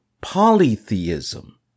polytheism